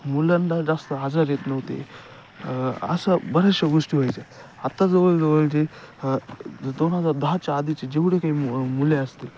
मुलांना जास्त आजार येत नव्हते अशा बऱ्याचशा गोष्टी व्हायच्या आत्ता जवळ जवळ जे दोन हजार दहाच्या आधीचे जेवढे काही मुले असतील